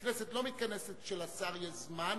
הכנסת לא מתכנסת כשלשר יש זמן,